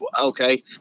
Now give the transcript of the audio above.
Okay